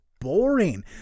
boring